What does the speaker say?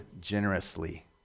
generously